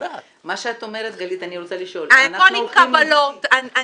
הכול עם קבלות.